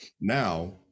now